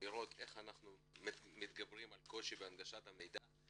לראות איך אנחנו מתגברים על הקושי בהנגשת המידע,